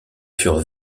furent